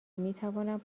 میتوانم